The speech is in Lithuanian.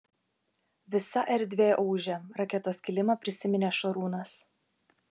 visa erdvė ūžia raketos kilimą prisiminė šarūnas